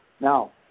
Now